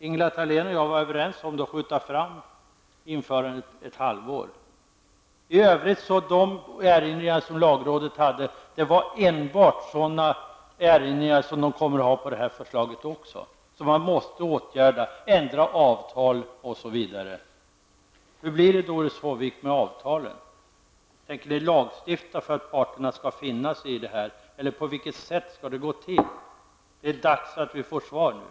Ingela Thalén och jag var överens om att skjuta fram införandet ett halvår. I övrigt hade lagrådet enbart sådana erinrar som man kommer att göra även mot detta förslag, dvs. att avtal måste ändras osv. Hur blir det, Doris Håvik, med avtalen? Det är dags att vi får svar nu!